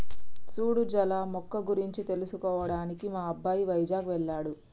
సూడు జల మొక్క గురించి తెలుసుకోవడానికి మా అబ్బాయి వైజాగ్ వెళ్ళాడు